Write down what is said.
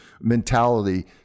mentality